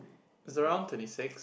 it's around twenty six